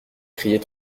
criaient